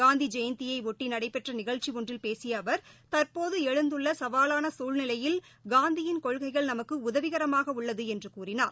காந்திஜெயந்தியையொட்டிநடைபெற்றநிகழ்ச்சிஒன்றில் பேசியஅவர் தற்போதுஎழுந்துள்ளசவாலானசூழ்நிலையில் காந்தியின் கொள்கைகள் நமக்குஉதவிகரமாகஉள்ளதுஎன்றுகூறினார்